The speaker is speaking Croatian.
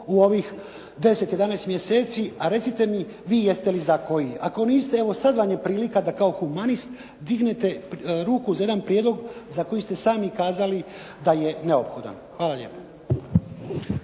u ovih 10, 11 mjeseci. A recite mi vi jeste li za koji? Ako niste, evo sad vam je prilika da kao humanist dignete ruku za jedan prijedlog za koji ste sami kazali da je neophodan. **Jarnjak,